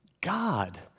God